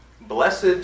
blessed